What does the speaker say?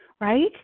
right